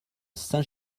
saint